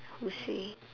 we see